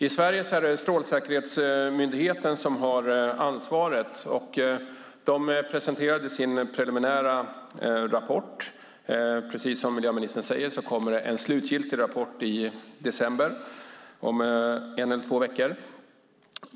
I Sverige är det Strålsäkerhetsmyndigheten som har ansvaret. Myndigheten har presenterat sin preliminära rapport. Precis som miljöministern säger kommer en slutgiltig rapport i december, om en eller två veckor.